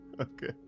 Okay